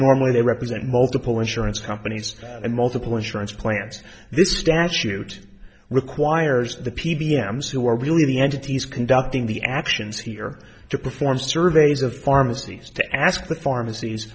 normally they represent multiple insurance companies and multiple insurance plans this statute requires the p b m sue are really the entities conducting the actions here to perform surveys of pharmacies to ask the pharmacies